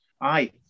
Aye